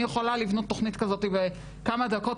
אני יכולה לבנות תכנית כזאת בכמה דקות,